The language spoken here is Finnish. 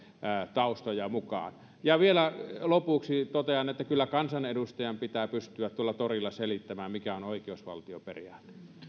taustoja mukaan vielä lopuksi totean että kyllä kansanedustajan pitää pystyä tuolla torilla selittämään mikä on oikeusvaltioperiaate